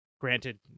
granted